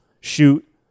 shoot